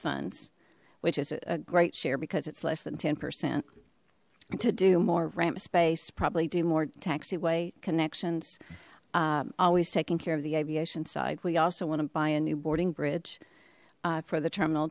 funds which is a great share because it's less than ten percent to do more ramp space probably do more taxiway connections always taking care of the aviation side we also want to buy a new boarding bridge for the terminal